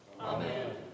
Amen